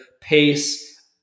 pace